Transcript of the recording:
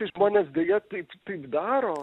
žmonės deja taip taip daro